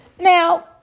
Now